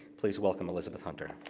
please welcome elizabeth hunter.